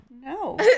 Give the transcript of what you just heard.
no